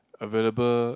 available